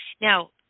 Now